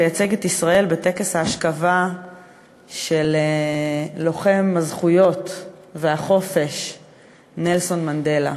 לייצג את ישראל בטקס האשכבה של לוחם הזכויות והחופש נלסון מנדלה.